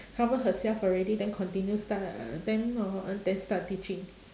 cover herself already then continue start uh then hor then start teaching